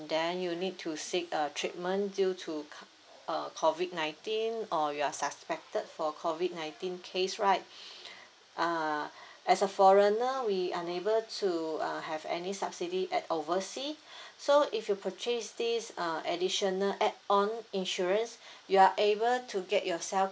then you need to seek uh treatment due to uh COVID nineteen or you are suspected for COVID nineteen case right uh as a foreigner we are unable to uh have any subsidy at overseas so if you purchase this uh additional add on insurance you are able to get yourself